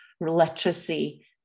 literacy